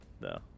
no